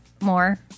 more